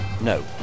No